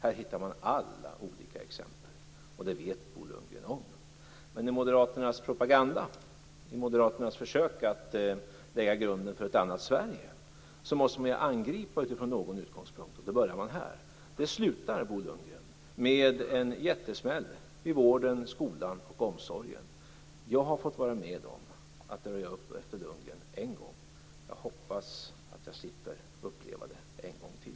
Här hittar man alla olika exempel. Det vet Bo Lundgren om. Men i moderaternas propaganda i moderaternas försök att lägga grunden för ett annat Sverige måste man angripa från någon utgångspunkt, och då börjar man här. Det slutar, Bo Lundgren, med en jättesmäll i vården, skolan och omsorgen. Jag har fått vara med om att röja upp efter Bo Lundgren en gång. Jag hoppas att jag slipper uppleva det en gång till.